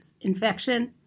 infection